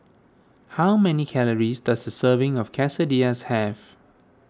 how many calories does a serving of Quesadillas have